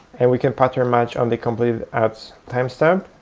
and we can pattern-match on the completed at timestamp.